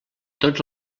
tots